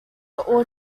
all